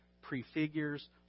prefigures